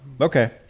Okay